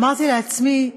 אמרתי לעצמי: